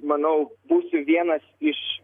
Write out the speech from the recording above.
manau būsiu vienas iš